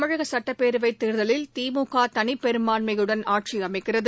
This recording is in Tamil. தமிழக சட்டப்பேரவை தேர்தலில் திமுக தனிப் பெரும்பான்மையுடன் ஆட்சி அமைக்கிறது